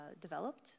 developed